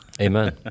Amen